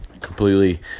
completely